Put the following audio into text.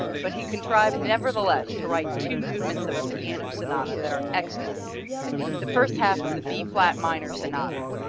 but he contrived nevertheless to write two movements of a piano sonata that are excellent the first half of the b flat minor sonata.